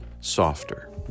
softer